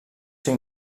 ser